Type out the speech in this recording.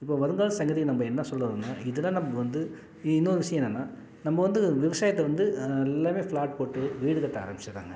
இப்போ வருங்கால சங்கதிக்கு நம்ப என்ன சொல்ல வரோம்ன்னா இதெலாம் நம்ப வந்து இன்னோரு விஷயம் என்னென்னா நம்ப வந்து விவசாயத்தை வந்து எல்லாமே ஃப்ளாட் போட்டு வீடு கட்ட ஆரம்பிச்சிடுறாங்க